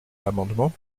l’amendement